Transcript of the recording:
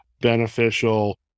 beneficial